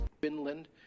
Finland